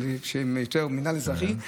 של המינהל האזרחי,